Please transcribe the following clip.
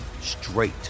straight